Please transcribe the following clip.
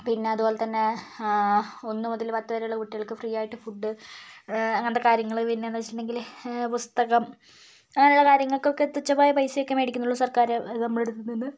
പിന്നെ അതുപോലെ തന്നെ ഒന്ന് മുതൽ പത്ത് വരെയുള്ള കുട്ടികൾക്ക് ഫ്രീയായിട്ട് ഫുഡ് അങ്ങനത്തെ കാര്യങ്ങൾ പിന്നെയെന്ന് വെച്ചിട്ടുണ്ടെങ്കിൽ പുസ്തകം അങ്ങനെയുള്ള കാര്യങ്ങൾക്കൊക്കെ തുച്ഛമായ പൈസയൊക്കെ മേടിക്കുന്നുള്ളൂ സർക്കാർ നമ്മളുടെയടുത്ത് നിന്ന്